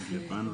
פנים,